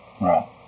Right